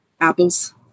apples